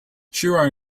sure